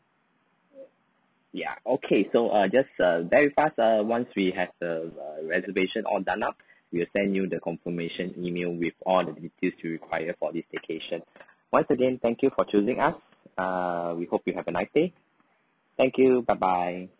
ya okay so uh just uh very fast uh once we have the uh reservation all done up we will send you the confirmation email with all the details you require for this staycation once again thank you for choosing us ah we hope you have a nice day thank you bye bye